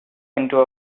into